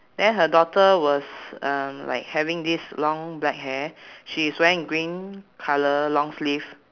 then her daughter was um like having this long black hair she is wearing green colour long sleeve